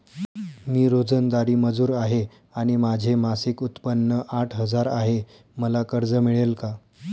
मी रोजंदारी मजूर आहे आणि माझे मासिक उत्त्पन्न आठ हजार आहे, मला कर्ज मिळेल का?